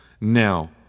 Now